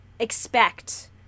expect